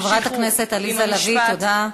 חברת הכנסת עליזה לביא, תודה.